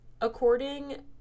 according